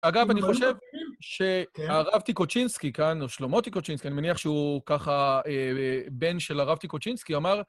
אגב, אני חושב שהרב טיקוצ'ינסקי כאן, או שלמה טיקוצ'ינסקי, אני מניח שהוא ככה בן של הרב טיקוצ'ינסקי, אמר...